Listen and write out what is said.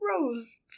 Rose